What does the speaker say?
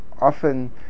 often